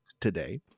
today